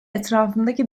etrafındaki